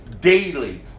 daily